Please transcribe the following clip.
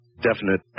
definite